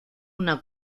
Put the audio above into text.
una